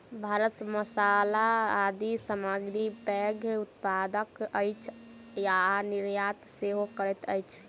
भारत मसाला आदि सामग्री के पैघ उत्पादक अछि आ निर्यात सेहो करैत अछि